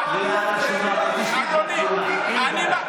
חבר הכנסת יברקן, קריאה ראשונה.